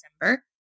December